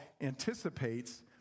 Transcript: anticipates